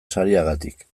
sariagatik